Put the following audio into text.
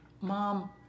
mom